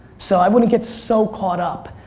so i wouldn't get so caught up.